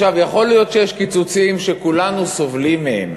יכול להיות שיש קיצוצים שכולנו סובלים מהם.